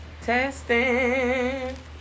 Testing